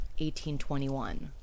1821